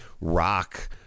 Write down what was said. rock